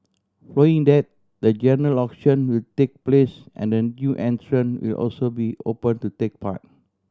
following that the general auction will take place and the new entrant will also be open to take part